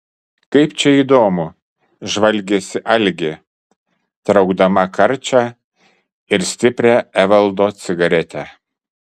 kaip čia įdomu žvalgėsi algė traukdama karčią ir stiprią evaldo cigaretę